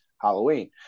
Halloween